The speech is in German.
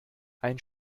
ein